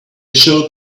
showed